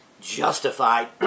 justified